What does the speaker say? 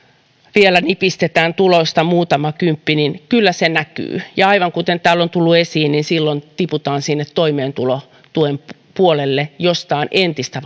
vielä nipistetään tuloista muutama kymppi niin kyllä se näkyy ja aivan kuten täällä on tullut esiin niin silloin tiputaan sinne toimeentulotuen puolelle mistä on entistä